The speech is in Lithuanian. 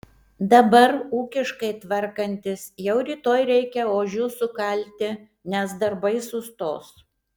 dabar ūkiškai tvarkantis jau rytoj reikia ožius sukalti nes darbai sustos